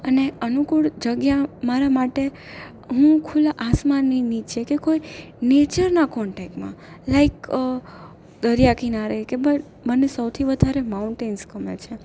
અને અનુકૂળ જગ્યા મારા માટે હું ખુલા આસમાનની નીચે કે કોઈ નેચરના કોન્ટેકમાં લાઇક દરિયા કિનારે કે બટ મને સૌથી વધારે માઉટેન્સ ગમે છે